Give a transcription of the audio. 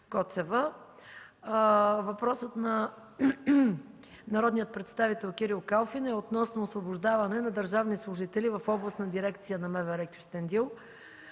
Въпросът на народния представител Кирил Калфин е относно освобождаване на държавни служители в Областна дирекция на МВР – Кюстендил,